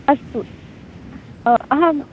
अस्तु अहं